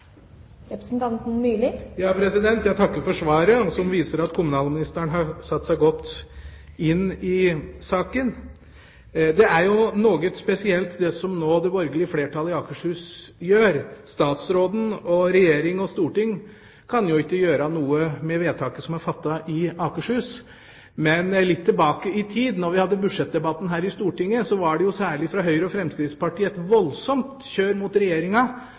Jeg takker for svaret, som viser at kommunalministeren har satt seg godt inn i saken. Det er jo noe spesielt, det som det borgerlige flertallet i Akershus nå gjør. Statsråden, Regjeringa og Stortinget kan jo ikke gjøre noe med vedtaket som er fattet i Akershus. Men litt tilbake i tid, da vi hadde budsjettdebatten her i Stortinget, var det, særlig fra Høyre og Fremskrittspartiet, et voldsomt kjør mot Regjeringa